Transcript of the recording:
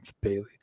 Bailey